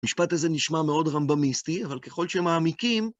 משפט הזה נשמע מאוד רמב"מיסטי, אבל ככל שמעמיקים...